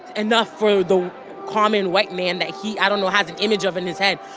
enough for the common white man that he i don't know has an image of in his head.